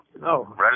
No